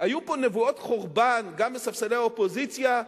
היו פה נבואות חורבן גם מספסלי האופוזיציה,